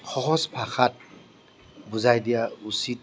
সহজ ভাষাত বুজাই দিয়াৰ উচিত